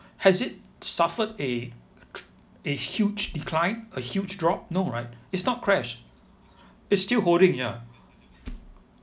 has it suffered a a huge decline a huge drop no right it's not crashed it's still holding ya